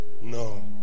No